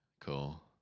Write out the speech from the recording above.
Cool